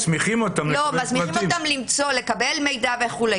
מסמיכים אותם לקבל מידע וכו',